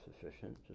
sufficient